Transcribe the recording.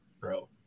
bro